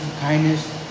kindness